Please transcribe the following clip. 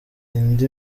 indi